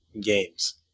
games